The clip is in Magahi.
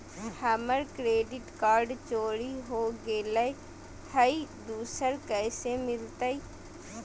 हमर क्रेडिट कार्ड चोरी हो गेलय हई, दुसर कैसे मिलतई?